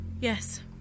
Yes